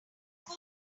wifi